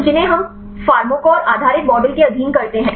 तो जिन्हें हम फार्माकोफोर आधारित मॉडल के अधीन करते हैं